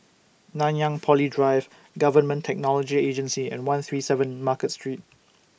Nanyang Poly Drive Government Technology Agency and one three seven Market Street